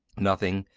nothing.